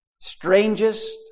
strangest